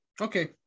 Okay